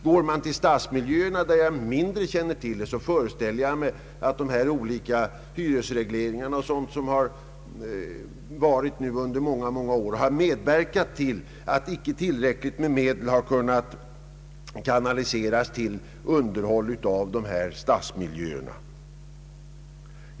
Om vi går till stadsmiljöerna — som jag dock känner till litet sämre — föreställer jag mig att de hyresregleringar vi haft under många år har medverkat till att inte tillräckliga medel har kunnat kanaliseras till underhåll av dessa miljöer.